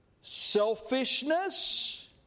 selfishness